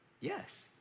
Yes